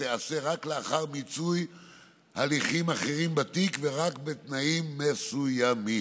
תיעשה רק לאחר מיצוי הליכים אחרים בתיק ורק בתנאים מסוימים.